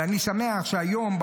ואני שמח שהיום,